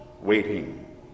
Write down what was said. waiting